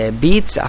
beats